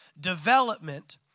Development